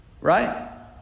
right